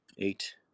Eight